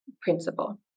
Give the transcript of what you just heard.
principle